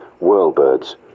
whirlbirds